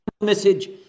message